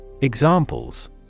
Examples